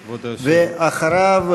ואחריו,